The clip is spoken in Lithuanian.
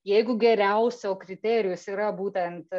jeigu geriausio kriterijus yra būtent